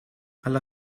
alla